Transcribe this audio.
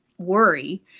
worry